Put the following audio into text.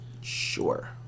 sure